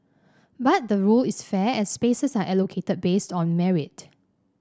but the rule is fair as spaces are allocated based on merit